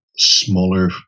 smaller